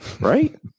right